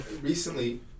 recently